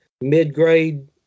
mid-grade